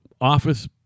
office